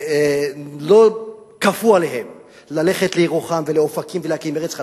לא כפו עליהם ללכת לירוחם ולאופקים ולהקים ארץ חדשה,